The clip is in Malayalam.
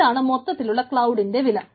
ഇതാണ് മൊത്തത്തിലുള്ള ക്ലൌഡിന്റെ വില